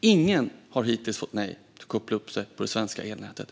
Ingen har hittills fått nej till att koppla upp sig på det svenska elnätet.